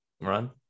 Run